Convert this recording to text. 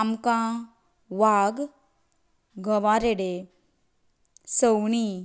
आमकां वाग गंवारेडे सवणीं